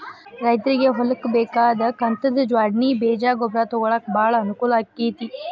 ರೈತ್ರಗೆ ಹೊಲ್ಕ ಬೇಕಾದ ಕಂತದ ಜ್ವಾಡ್ಣಿ ಬೇಜ ಗೊಬ್ರಾ ತೊಗೊಳಾಕ ಬಾಳ ಅನಕೂಲ ಅಕೈತಿ